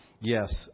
Yes